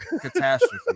Catastrophe